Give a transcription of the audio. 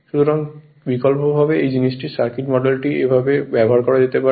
সুতরাং বিকল্পভাবে এই জিনিসটির সার্কিট মডেলটি এভাবে ব্যবহার করা যেতে পারে